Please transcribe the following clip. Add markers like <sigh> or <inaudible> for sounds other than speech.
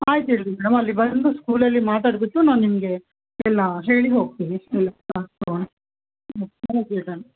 ಆಯ್ತು ಇರಲಿ ಮೇಡಮ್ ಅಲ್ಲಿ ಬಂದು ಸ್ಕೂಲಲ್ಲಿ ಮಾತಾಡಿಬಿಟ್ಟು ನಾನು ನಿಮಗೆ ಎಲ್ಲ ಹೇಳಿ ಹೋಗ್ತಿನಿ <unintelligible>